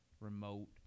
remote